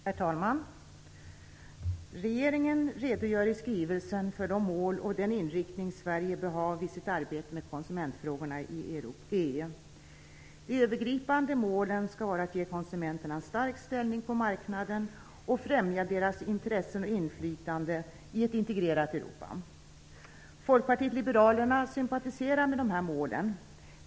Herr talman! Regeringen redogör i skrivelsen för de mål och den inriktning som Sverige bör ha vid sitt arbete med konsumentfrågorna i EU. De övergripande målen skall vara att ge konsumenterna en stark ställning på marknaden och främja deras intressen och inflytande i ett integrerat Europa. Folkpartiet liberalerna sympatiserar med dessa mål.